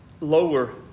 lower